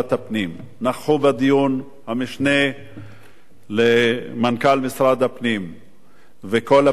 נכחו בדיון המשנה למנכ"ל משרד הפנים וכל הפקידות הבכירה,